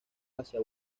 hacia